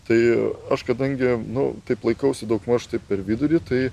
tai aš kadangi nu taip laikausi daugmaž taip per vidurį tai